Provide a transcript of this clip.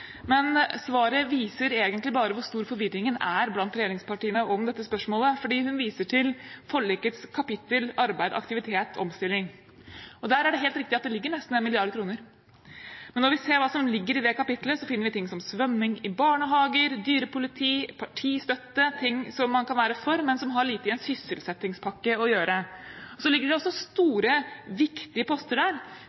Men svaret viser egentlig bare hvor stor forvirringen er blant regjeringspartiene om dette spørsmålet, for hun viser til forlikets kapittel om arbeid, aktivitet og omstilling. Der er det helt riktig at det ligger nesten 1 mrd. kr. Men når vi ser hva som ligger i det, finner vi ting som svømming i barnehager, dyrepoliti, partistøtte – ting man kan være for, men som har lite i en sysselsettingspakke å gjøre. Så ligger det også store, viktige poster der